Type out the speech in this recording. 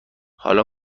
حالا